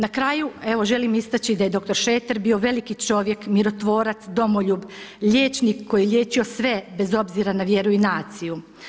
Na kraju, evo želim istaći da je dr. Šreter bio veliki čovjek, mirotvorac, domoljub, liječnik koji je liječio sve bez obzira na vjeru i naciju.